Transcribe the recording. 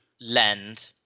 lend